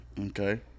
Okay